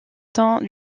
temps